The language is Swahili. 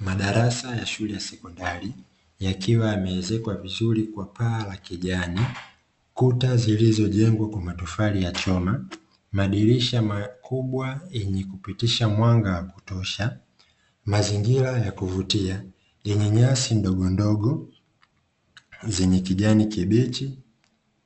Madarasa ya shule ya sekondari yakiwa yameezekwa vizuri kwa paa la kijani, kuta zilizojengwa kwa matofali ya choma, madirisha makubwa yenye kupitisha mwanga wa kutosha, mazingira ya kuvutia yenye nyasi ndogondogo zenye kijani kibichi,